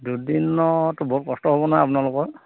দুদিনত বহু কষ্ট হ'ব নহয় আপোনালোকৰ